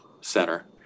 center